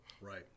right